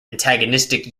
antagonistic